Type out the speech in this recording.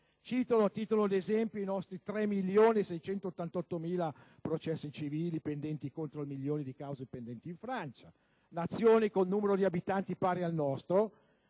Cito a titolo di esempio i nostri 3.688.000 processi civili pendenti contro il milione di cause pendenti in Francia, nazione con numero di abitanti pari al nostro,